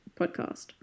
podcast